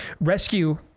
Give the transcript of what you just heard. rescue